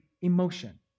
emotion